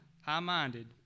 high-minded